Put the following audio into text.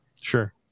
Sure